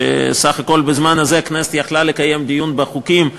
שסך הכול בזמן הזה הכנסת יכלה לקיים דיון בחוקים,